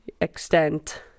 extent